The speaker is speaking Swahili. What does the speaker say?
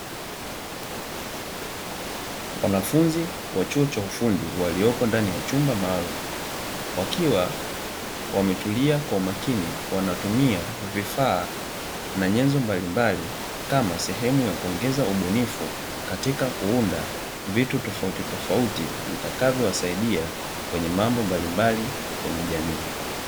Wanafunzi wa chuo cha ufundi waliopo ndani ya chumba maalumu, wakiwa wametulia kwa umakini wanatumia vifaa na nyenzo mbalimbali kama sehemu ya kuongeza ubunifu katika kuunda vitu tofautitofauti vitakavyowasaidia kwenye mambo mbalimbali kwenye jamii.